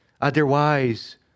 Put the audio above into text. Otherwise